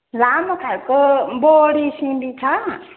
लामो खालको बोडी सिमी छ